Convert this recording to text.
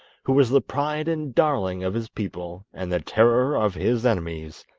who was the pride and darling of his people and the terror of his enemies,